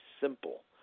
simple